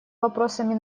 вопросами